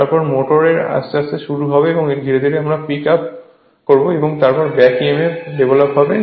তারপর মোটর আস্তে আস্তে শুরু হবে এবং ধীরে ধীরে আমরা পিক আপ করবে এবং তারপরে ব্যাক emf ডেভেলপ হবে